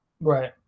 Right